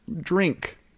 drink